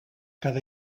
cada